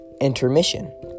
Intermission